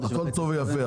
הכול טוב ויפה,